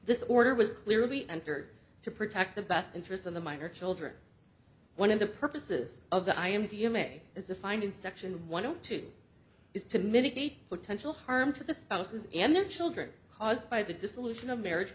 this order was clearly entered to protect the best interest of the minor children one of the purposes of the i am d m a is defined in section one zero two is to mitigate potential harm to the spouses and their children caused by the dissolution of marriage